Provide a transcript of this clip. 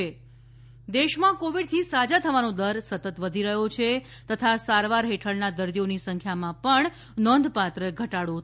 દેશ કોરોના દેશમાં કોવિડથી સાજા થવાનો દર સતત વધી રહ્યો છે તથા સારવાર હેઠળના દર્દીઓની સંખ્યામાં પણ નોંધપાત્ર ઘટાડો થયો છે